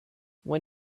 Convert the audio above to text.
when